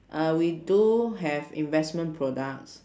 uh we do have investment products